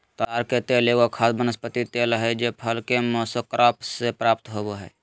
ताड़ के तेल एगो खाद्य वनस्पति तेल हइ जे फल के मेसोकार्प से प्राप्त हो बैय हइ